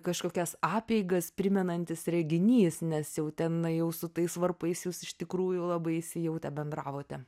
kažkokias apeigas primenantis reginys nes jau ten na jau su tais varpais jūs iš tikrųjų labai įsijautę bendravote